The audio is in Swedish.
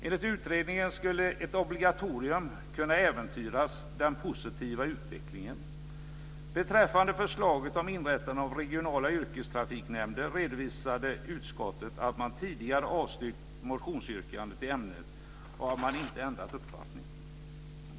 Enligt utredningen skulle ett obligatorium kunna äventyra den positiva utvecklingen. Beträffande förslaget om inrättande av regionala yrkestrafiknämnder redovisade utskottet att man tidigare avstyrkt motionsyrkanden i ämnet och att man inte ändrat uppfattning.